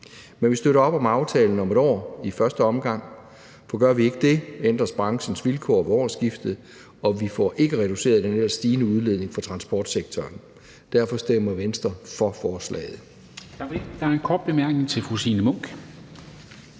men vi støtter op om aftalen om et år i første omgang, for gør vi ikke det, ændres branchens vilkår ved årsskiftet, og vi får ikke reduceret den her stigende udledning fra transportsektoren. Derfor stemmer Venstre for forslaget.